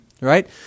Right